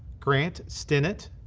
grant stinnett,